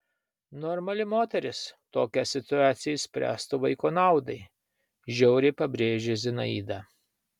normali moteris tokią situaciją išspręstų vaiko naudai žiauriai pabrėžė zinaida